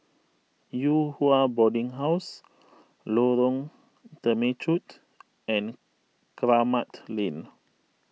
Yew Hua Boarding House Lorong Temechut and Kramat Lane